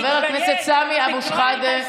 חבר הכנסת סמי אבו שחאדה.